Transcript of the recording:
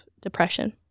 depression